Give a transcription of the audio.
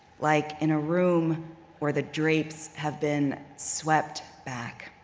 like in a room where the drapes have been swept back.